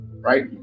right